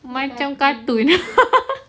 macam cartoon